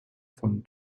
von